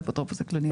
האפוטרופוס הכללי,